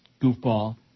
goofball